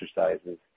exercises